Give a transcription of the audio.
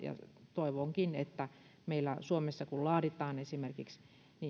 toivonkin että kun meillä suomessa laaditaan niin